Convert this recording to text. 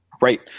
Right